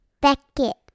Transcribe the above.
Beckett